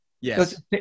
Yes